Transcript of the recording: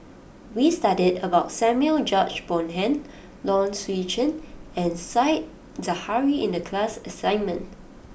we studied about Samuel George Bonham Low Swee Chen and Said Zahari in the class assignment